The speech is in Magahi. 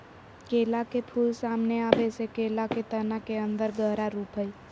केला के फूल, सामने आबे से केला के तना के अन्दर गहरा रूप हइ